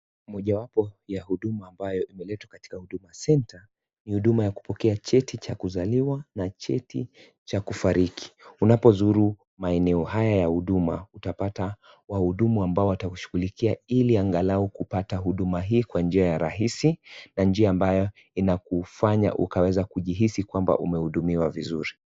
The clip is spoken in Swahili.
Mojawapo ya huduma ambayo imeletwa katika Huduma center ni huduma ya kupokea cheti cha kuzaliwa na cheti cha kufariki. unapozuru maeneo haya ya huduma, utapata wahudumu ambao watakushughulikia, ili angalau kupata huduma hii kwa njia ya rahisi, na njia ambayo inakufanya ukaweza kujihisi kwamba umehudumiwa vizuri.